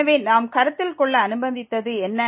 எனவே நாம் கருத்தில் கொள்ள அனுமதித்தது என்ன